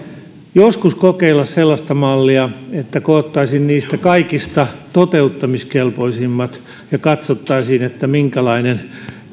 joskus kokeilla sellaista mallia että koottaisiin niistä kaikista toteuttamiskelpoisimmat ja katsottaisiin minkälainen